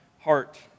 heart